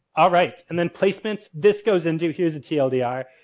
all right, and then placements. this goes into, here's the tldr.